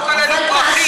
חמאס